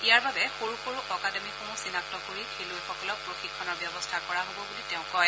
ইয়াৰ বাবে সৰু সৰু অকাডেমিসমূহ চিনাক্ত কৰি খেলুৱৈসকলক প্ৰশিক্ষণৰ ব্যৱস্থা কৰা হব বুলি তেওঁ কয়